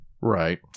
Right